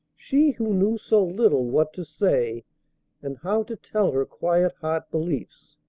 she, who knew so little what to say and how to tell her quiet heart-beliefs?